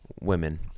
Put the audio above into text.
women